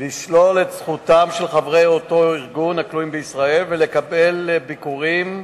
לשלול את זכותם של חברי אותו ארגון הכלואים בישראל לקבל ביקורים,